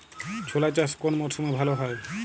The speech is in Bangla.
ছোলা চাষ কোন মরশুমে ভালো হয়?